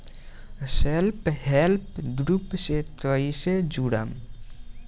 Self help group से कइसे जुड़म?